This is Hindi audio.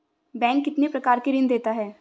बैंक कितने प्रकार के ऋण देता है?